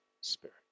Spirit